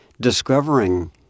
discovering